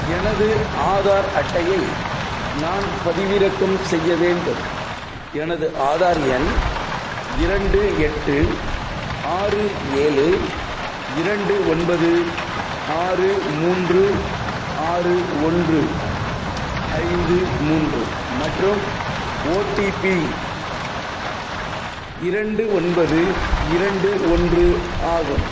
எனது ஆதார் அட்டையை நான் பதிவிறக்கம் செய்ய வேண்டும் எனது ஆதார் எண் இரண்டு எட்டு ஆறு ஏழு இரண்டு ஒன்பது ஆறு மூன்று ஆறு ஒன்று ஐந்து மூன்று மற்றும் ஓடிபி இரண்டு ஒன்பது இரண்டு ஒன்று ஆகும்